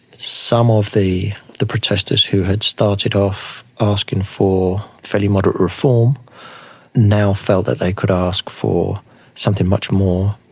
some of the the protesters who had started off asking for fairly moderate reform now felt that they could ask for something much more,